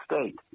state